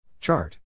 Chart